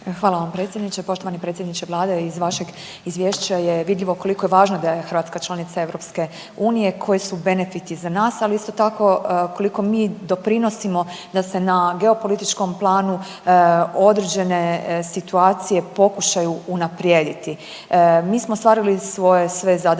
Hvala vam predsjedniče. Poštovani predsjedniče Vlade. Iz vašeg izvješća je vidljivo koliko je važno da je Hrvatska članica Europske unije, koji su benefiti za nas ali isto tako koliko mi doprinosimo da se na geopolitičkom planu određene situacije pokušaju unaprijediti. Mi ostvarili svoje sve